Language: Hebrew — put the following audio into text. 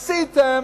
עשיתם,